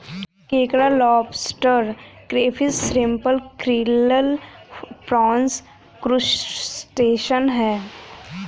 केकड़ा lobster crayfish shrimp krill prawns crustacean है